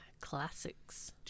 classics